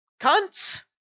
cunts